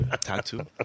Tattoo